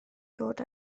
dod